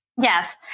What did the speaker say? Yes